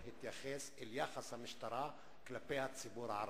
התייחס אל יחס המשטרה כלפי הציבור הערבי,